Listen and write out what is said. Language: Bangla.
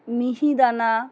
মিহিদানা